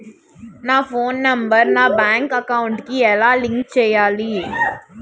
నా phone number నా bank account కి ఎలా లింక్ చేయాలి?